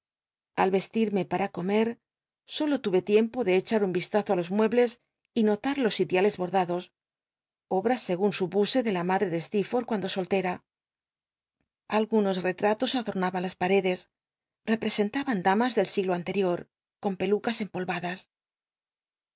al reslirme para comer solo lure tiempo de echar un ristazo á los muebles y notar los si tiales borclados obra segun supuse de la madre de stcerforth cuando soltera algunos retmlos adornaban las paredes rcpreocntaban damas del siglo mterior con pelucas empolvadas